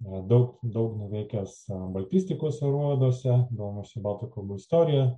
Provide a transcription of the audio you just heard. daug daug nuveikęs baltistikos aruoduose domisi baltų kalbų istorija